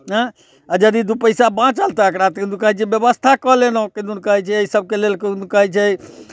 एँ आ यदि दू पैसा बाँचल तऽ एकरा जे व्यवस्था कऽ लेलहुँ किदुन कहै छै एहि सभके लेल किदुन कहै छै